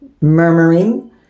murmuring